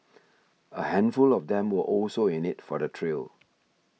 a handful of them were also in it for the thrill